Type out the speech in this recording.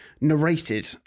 narrated